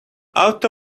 out